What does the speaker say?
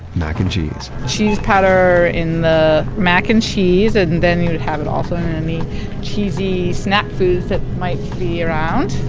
mac and cheese cheese powder in the mac and cheese, and then you'd have it also in any cheesy snack foods that might be around.